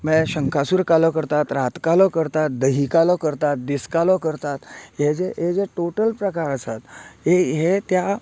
म्हण्यार शंकासूर कालो करतात रात कालो करतात दही कालो करतात दीस कालो करतात हे जे हे जे टोटल प्रकार आसात हे हे त्या